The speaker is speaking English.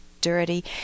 dirty